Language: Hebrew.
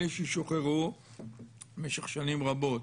אלה ששוחררו במשך שנים רבות